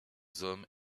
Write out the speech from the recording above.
hommes